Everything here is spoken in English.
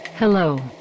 Hello